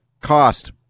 cost